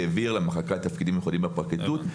העביר למחלקה לתפקידים מיוחדים בפרקליטות.